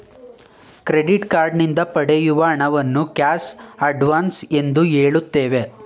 credit card ನಿಂದ ಪಡೆಯುವ ಹಣವನ್ನು ಕ್ಯಾಶ್ ಅಡ್ವನ್ಸ್ ಎಂದು ಹೇಳುತ್ತೇವೆ